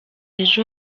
ejo